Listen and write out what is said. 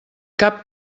cap